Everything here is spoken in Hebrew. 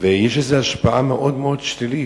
ויש לזה השפעה מאוד מאוד שלילית.